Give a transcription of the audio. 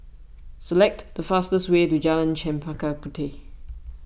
select the fastest way to Jalan Chempaka Puteh